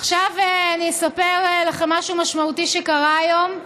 עכשיו אני אספר לכם משהו משמעותי שקרה היום,